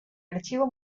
archivo